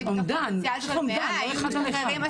אומדן, צריך אומדן לא אחד על אחד.